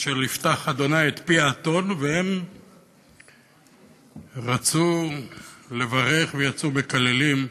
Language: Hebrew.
יפתח ה' את פי האתון, והם רצו לברך ויצאו מקללים,